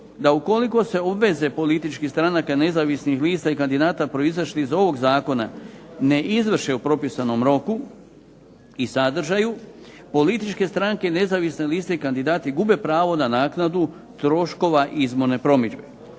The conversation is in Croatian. da ukoliko se obveze političkih stranaka, nezavisnih lista i kandidata proizašli iz ovog zakona ne izvrše u propisanom roku i sadržaju, političke stranke i nezavisne liste kandidati gube pravo na naknadu troškova izborne promidžbe.